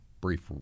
brief